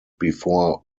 before